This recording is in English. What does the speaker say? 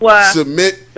submit